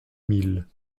milles